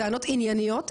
טענות ענייניות,